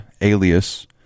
alias